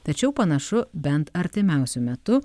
tačiau panašu bent artimiausiu metu